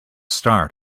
start